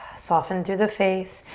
soften through the face.